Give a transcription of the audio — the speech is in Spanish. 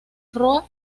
roa